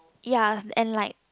ya and like